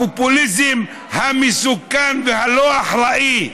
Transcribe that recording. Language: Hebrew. הפופוליזם המסוכן והלא-אחראי,